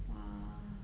!wah!